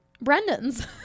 Brendan's